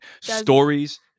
stories